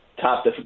top